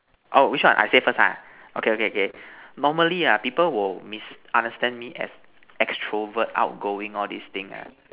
oh which one I say first ah okay okay okay normally ah people will misunderstand me as extrovert outgoing all these thing ah